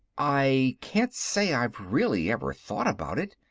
i can't say i've really ever thought about it.